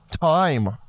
time